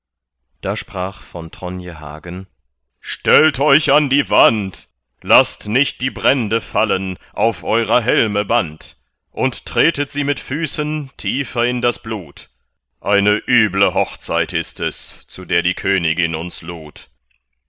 da sprach von tronje hagen stellt euch an die wand laßt nicht die brände fallen auf eurer helme band und tretet sie mit füßen tiefer in das blut eine üble hochzeit ist es zu der die königin uns